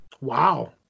Wow